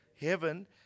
heaven